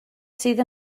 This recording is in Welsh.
sydd